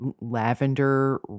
lavender